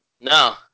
no